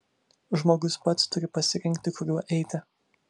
žmogus pats turi pasirinkti kuriuo eiti